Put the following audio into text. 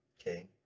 okay